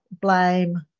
blame